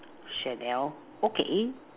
Chanel okay